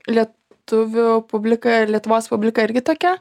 lietuvių publika ir lietuvos publika irgi tokia